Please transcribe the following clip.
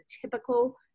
typical